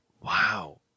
Wow